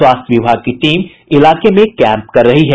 स्वास्थ्य विभाग की टीम इलाके में कैंप कर रही है